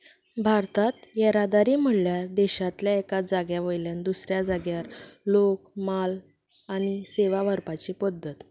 भारतांत येरादारी म्हणल्यार देशांतल्या एका जाग्या वयल्यान दुसऱ्या जाग्यार लोक म्हाल आनी सेवा व्हरपाची पद्दत